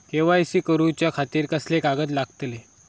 KYC करूच्या खातिर कसले कागद लागतले?